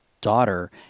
daughter